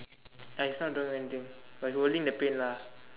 uh he is not drawing anything but he's holding the paint lah